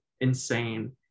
insane